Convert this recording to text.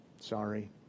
sorry